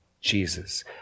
Jesus